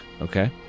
Okay